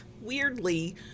weirdly